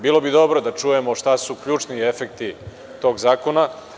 Bilo bi dobro da čujemo šta su ključni efekti tog zakona.